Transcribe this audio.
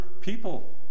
people